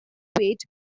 wait